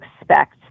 expect